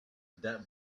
that